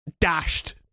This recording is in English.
dashed